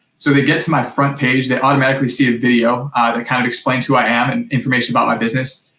so they get to my front page, they automatically see a video that kind of explains who i am and information about my business.